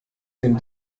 den